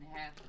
half